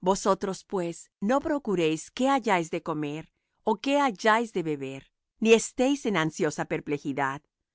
vosotros pues no procuréis qué hayáis de comer ó qué hayáis de beber ni estéis en ansiosa perplejidad